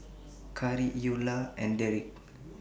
Khari Eola and Darrick